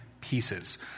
pieces